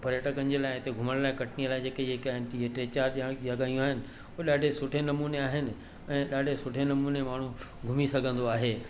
पर्यटकनि जे लाइ हिते घुमण जे लाइ कटनीअ जे लाइ जेके जेके आहिनि टीह टे चारि जॻहियूं आहिनि उहो ॾाढे सुठे नमूने आहिनि ऐं ॾाढे सुठे नमूने माण्हू घुमी सघंदो आहे